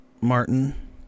Martin